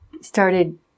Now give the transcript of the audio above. started